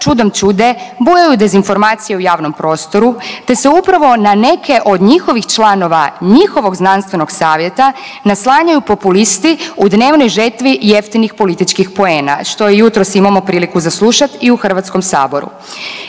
čudom čude bujaju dezinformacije u javnom prostoru te se upravo na neke od njihovih članova njihovog znanstvenog savjeta naslanjaju populisti u dnevnoj žetvi jeftinih političkih poena što jutro imamo priliku za slušat i u Hrvatskom saboru.